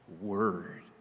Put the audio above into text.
word